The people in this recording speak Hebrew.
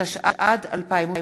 54), התשע"ד 2013,